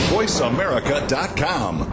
VoiceAmerica.com